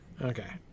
Okay